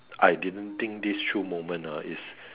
I didn't think this through moment ah is